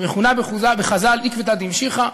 שמכונה בחז"ל עקבתא דמשיחא,